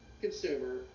consumer